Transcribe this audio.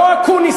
הציבור לא טיפש,